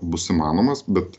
bus įmanomas bet